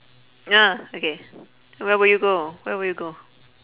ah okay where would you go where would you go